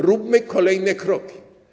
Róbmy kolejne kroki.